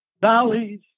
valleys